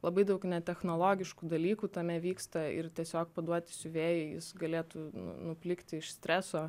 labai daug ne technologiškų dalykų tame vyksta ir tiesiog paduoti siuvėjui jis galėtų nuplikti iš streso